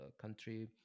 country